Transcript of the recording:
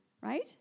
right